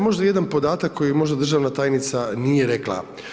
Možda jedan podatak koji možda državna tajnica nije rekla.